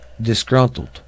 disgruntled